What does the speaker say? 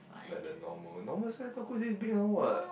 like the normal normal size taco is this big one what